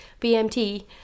bmt